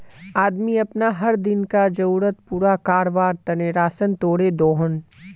आदमी अपना हर दिन्कार ज़रुरत पूरा कारवार तने राशान तोड़े दोहों